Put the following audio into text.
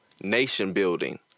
nation-building